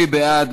מי בעד?